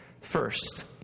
First